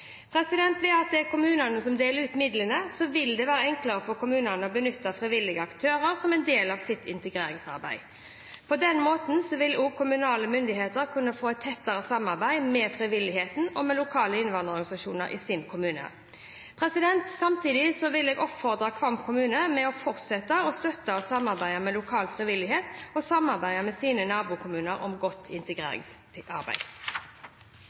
Ved at det er kommunene som deler ut midlene, vil det være enklere for kommunene å benytte frivillige aktører som en del av sitt integreringsarbeid. På denne måten vil også kommunale myndigheter kunne få et tettere samarbeid med frivilligheten og med lokale innvandrerorganisasjoner i sin kommune. Samtidig vil jeg oppfordre Kvam kommune til å fortsette å støtte og samarbeide med lokal frivillighet og samarbeide med sine nabokommuner om godt integreringsarbeid.